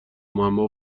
معما